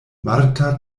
marta